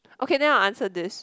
okay then I will answer this